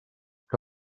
que